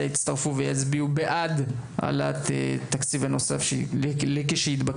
יצטרפו ויצביעו בעד על התקציב הנוסף לכשיתבקש.